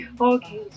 Okay